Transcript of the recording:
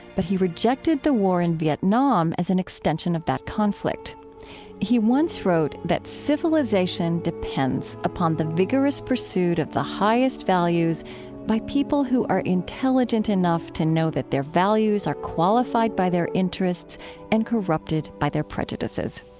but he rejected the war in vietnam as an extension of that conflict he once wrote that civilization depends upon the vigorous pursuit of the highest values by people who are intelligent enough to know that their values are qualified by their interests and corrupted by their prejudices.